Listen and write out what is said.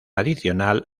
adicional